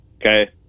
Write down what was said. Okay